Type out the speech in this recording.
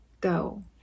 Go